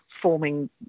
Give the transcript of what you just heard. forming